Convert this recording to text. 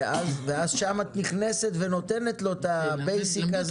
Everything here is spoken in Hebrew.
ואז שם את נכנסת ונותנת לו את הבייסיק הזה.